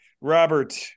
Robert